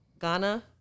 Ghana